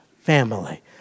family